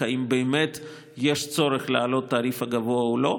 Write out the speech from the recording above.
אם באמת יש צורך להעלות את התעריף הגבוה או לא.